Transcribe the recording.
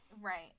Right